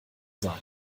sein